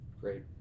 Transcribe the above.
Great